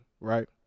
right